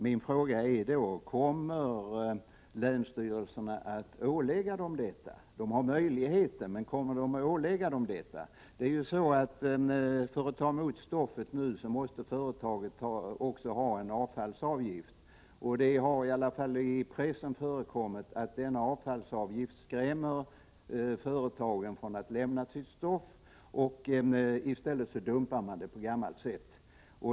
Min fråga är då: Kommer länsstyrelserna att ålägga företagen detta? De har möjligheten, men kommer de att använda sig av den? För att ta emot stoftet måste återvinningsföretaget ta ut en avfallsavgift. Det har förekommit uppgifter i pressen om att denna avfallsavgift avskräcker företagen från att leverera sitt stoft; i stället dumpar man det på gammalt sätt.